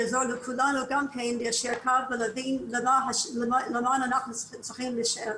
יעזור לכולנו גם ליישר קו ולהבין למה אנחנו צריכים להישאר.